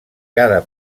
cada